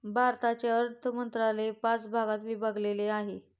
भारताचे अर्थ मंत्रालय पाच भागात विभागलेले आहे